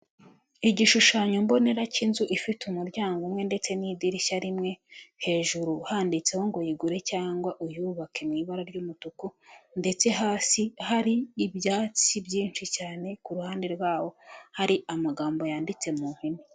Igishushanyo mbonera cy'inzu ifite umuryango umwe ndetse n'idirishya rimwe, hejuru handitseho ngo yigure cyangwa uyubake, mu ibara ry'umutuku ndetse hasi hari ibyatsi byinshi cyane, ku ruhande rwawo hari amagambo yanditse mu mpine.